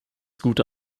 gute